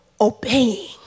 obeying